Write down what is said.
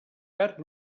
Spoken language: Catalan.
perd